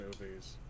movies